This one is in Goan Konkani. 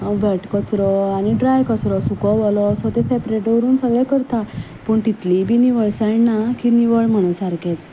वॅट कचरो आनी ड्राय कचरो सुको ओलो अशे ते सेप्रेट दवरून सगळें करता पूण तितली बी निवळसाण ना की निवळ म्हणू सारकेंच